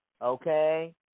Okay